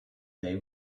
they